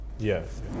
Yes